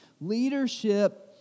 Leadership